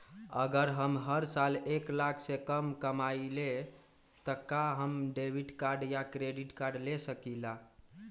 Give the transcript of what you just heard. अगर हम हर साल एक लाख से कम कमावईले त का हम डेबिट कार्ड या क्रेडिट कार्ड ले सकीला?